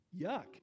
Yuck